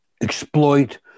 exploit